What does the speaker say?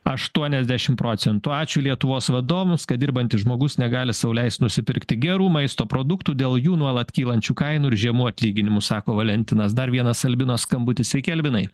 aštuoniasdešimt procentų ačiū lietuvos vadovams kad dirbantis žmogus negali sau leist nusipirkti gerų maisto produktų dėl jų nuolat kylančių kainų ir žemų atlyginimų sako valentinas dar vienas alvino skambutis sveiki alvinai